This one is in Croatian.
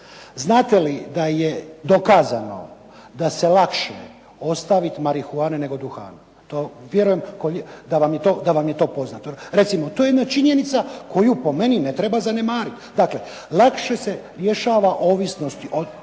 Znate li da je dokazano da se lakše ostaviti marihuane, nego duhana? To vjerujem da vam je to poznato. Recimo, to je jedna činjenica koju po meni ne treba zanemariti. Dakle, lakše se rješava ovisnosti od